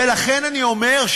ולכן אני אומר,